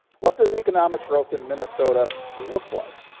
what does economic growth in minnesota look like?